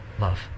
love